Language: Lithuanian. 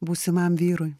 būsimam vyrui